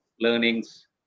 learnings